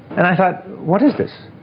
and i thought, what is this?